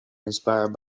inspired